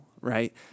right